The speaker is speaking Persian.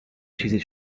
چیزی